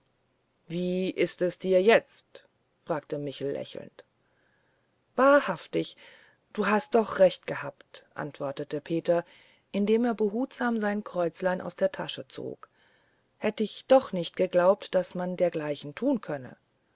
wie ist es dir jetzt fragte michel lächelnd wahrhaftig du hast doch recht gehabt antwortete peter indem er behutsam sein kreuzlein aus der tasche zog hätt ich doch nicht geglaubt daß man dergleichen tun könne